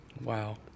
Wow